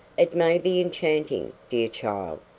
it may be enchanting, dear child,